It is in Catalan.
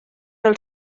del